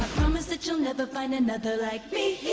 promise that you'll never find another like me